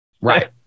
Right